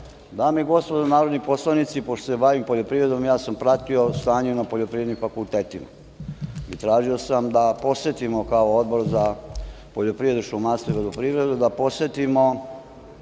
i gospodo narodni poslanici, pošto se bavim poljoprivredom ja sam pratio stanje na poljoprivrednim fakultetima. Tražio sam da posetimo, kao Odbor za poljoprivredu, šumarstvo i vodoprivredu, da posetimo